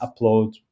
upload